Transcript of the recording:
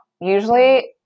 Usually